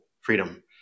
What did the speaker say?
freedom